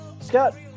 Scott